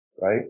right